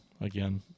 again